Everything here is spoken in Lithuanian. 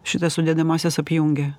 šitas sudedamąsias apjungia